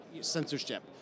censorship